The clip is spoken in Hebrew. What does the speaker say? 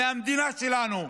מהמדינה שלנו,